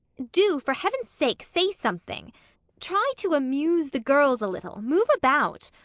do, for heaven's sake say something try to amuse the girls a little, move about!